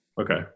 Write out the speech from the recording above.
Okay